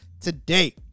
today